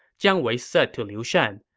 jiang wei said to liu shan,